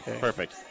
Perfect